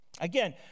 Again